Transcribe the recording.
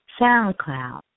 SoundCloud